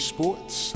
Sports